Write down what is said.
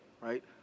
right